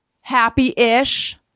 happy-ish